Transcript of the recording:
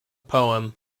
poem